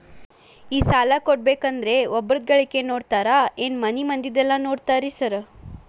ಈ ಸಾಲ ಕೊಡ್ಬೇಕಂದ್ರೆ ಒಬ್ರದ ಗಳಿಕೆ ನೋಡ್ತೇರಾ ಏನ್ ಮನೆ ಮಂದಿದೆಲ್ಲ ನೋಡ್ತೇರಾ ಸಾರ್?